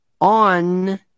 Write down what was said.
On